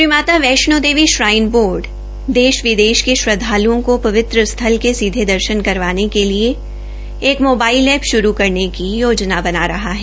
Shri Mata Vaishno Devi shrine board देश विदेश के श्रदधालुओं केा पवित्र स्थल के सीधे दर्शन करवाने के लिए एक मोबाइल एप्प शुरू करने की योजना बना रहा है